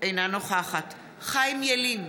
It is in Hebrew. אינה נוכחת חיים ילין,